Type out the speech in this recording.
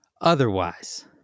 otherwise